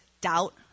doubt